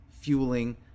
fueling